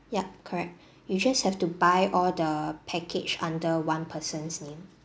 yup correct you just have to buy all the package under one person's name